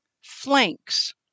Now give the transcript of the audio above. flanks